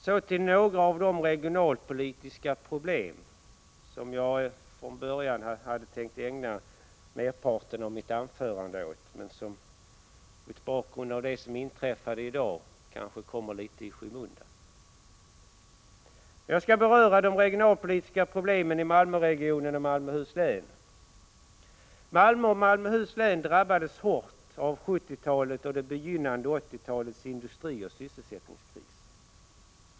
Så till några av de regionalpolitiska problem som Malmöregionen och Malmöhus län i stort brottas med och som jag från början hade tänkt ägna merparten av mitt anförande åt, men som mot bakgrund av det som inträffat i dag kanske kommer litet i skymundan. Malmö och Malmöhus län drabbades hårt av 1970 och det begynnande 1980-talets industrioch sysselsättningskris.